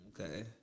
Okay